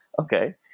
Okay